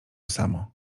samo